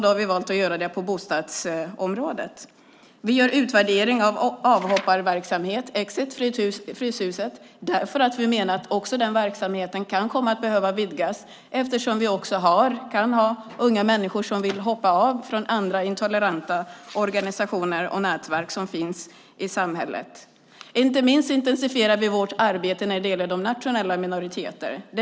Vi har valt att göra det på bostadsområdet. Vi gör en utvärdering av avhopparverksamheter, till exempel Exit inom Fryshuset, därför att vi menar att också den verksamheten kan komma att behöva vidgas eftersom det kan finnas unga människor som vill hoppa av från andra intoleranta organisationer och nätverk som finns i samhället. Inte minst intensifierar vi vårt arbete när det gäller de nationella minoriteterna.